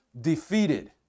defeated